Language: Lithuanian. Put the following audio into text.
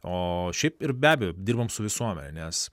o šiaip ir be abejo dirbam su visuomene nes